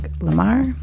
Lamar